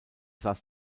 saß